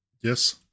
Yes